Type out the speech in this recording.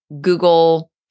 Google